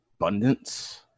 Abundance